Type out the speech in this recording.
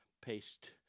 Paste